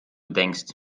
denkst